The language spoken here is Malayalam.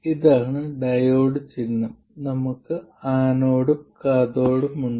ഇതാണ് ഡയോഡ് ചിഹ്നം നമുക്ക് ആനോഡും കാഥോഡും ഉണ്ട്